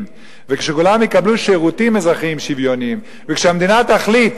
וכשכולם יקבלו שירותים אזרחיים שוויוניים וכשהמדינה תחליט